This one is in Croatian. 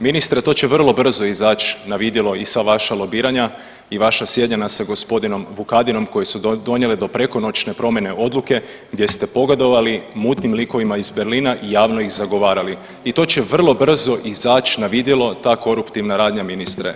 Ministre, to će vrlo brzo izaći na vidjelo i sva vaša lobiranja i vaša sjedenja sa g. Vukadinom koje su donijele do prekonoćne promjene odluke gdje ste pogodovali mutnim likovima iz Berlina i javno ih zagovarali i to će vrlo brzo izaći na vidjelo, ta koruptivna radnja, ministre.